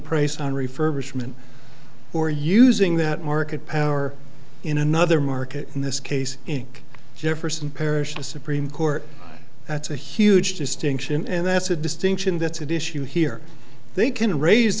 price on refurbishment or using that market power in another market in this case in jefferson parish the supreme court that's a huge distinction and that's a distinction that's an issue here they can raise